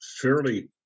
fairly